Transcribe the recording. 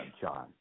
john